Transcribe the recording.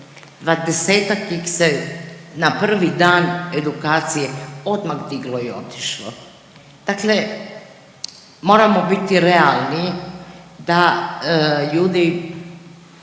70, 20-ak ih se na prvi dan edukacije odmah diglo i otišlo. Dakle, moramo biti realni da ljudi